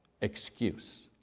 excuse